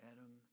Adam